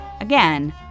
Again